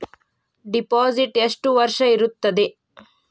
Deposit ಎಷ್ಟು ವರ್ಷ ಇರುತ್ತದೆ?